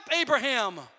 Abraham